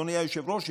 אדוני היושב-ראש,